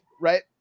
Right